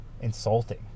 insulting